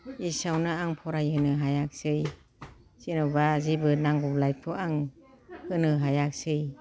एसेयावनो आं फरायहोनो हायाखिसै जेरावबा जेबो नांगौ लाइफखौ आं होनो हायासै